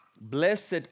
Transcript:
Blessed